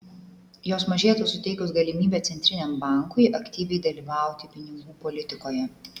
jos mažėtų suteikus galimybę centriniam bankui aktyviai dalyvauti pinigų politikoje